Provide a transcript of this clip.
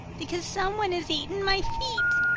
because someone has eaten my feet.